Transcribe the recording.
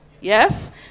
yes